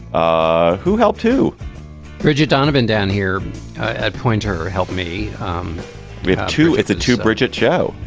ah who helped to bridget donovan down here at poynter help me with two. it's a two bridget show.